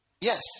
Yes